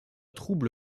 trouble